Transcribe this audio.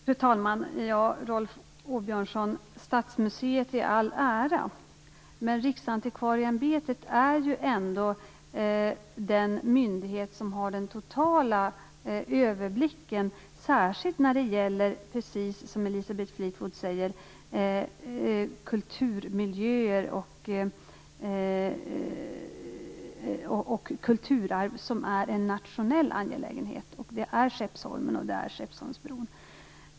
Fru talman! Rolf Åbjörnsson! Stadsmuseet i all ära, men Riksantikvarieämbetet är ändå den myndighet som har den totala överblicken, särskilt när det precis som Elisabeth Fleetwood säger gäller kulturmiljöer och kulturarv som är en nationell angeläget. Och det är Skeppsholmen, och det är Skeppsholmsbron.